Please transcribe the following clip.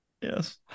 Yes